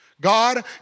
God